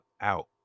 out